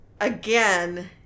again